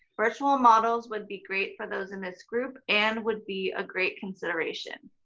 virtual models would be great for those in this group and would be a great consideration.